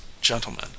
gentlemen